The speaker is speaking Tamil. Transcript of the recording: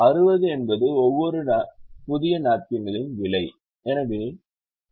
60 என்பது ஒவ்வொரு புதிய நாப்கினின் விலை